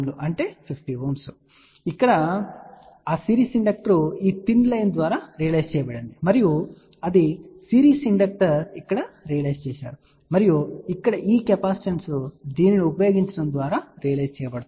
ఇప్పుడు ఇక్కడ ఆ సిరీస్ ఇండక్టర్ ఈ తిన్ లైన్ ద్వారా రియలైజ్ చేయబడింది మరియు అది సిరీస్ ఇండక్టర్ ఇక్కడ రియలైజ్ చేశారు మరియు ఇక్కడ ఈ కెపాసిటెన్స్ దీనిని ఉపయోగించడం ద్వారా రియలైజ్ చేయబడుతుంది